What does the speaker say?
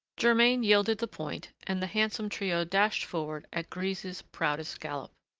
germain yielded the point, and the handsome trio dashed forward at grise's proudest gallop.